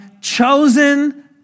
chosen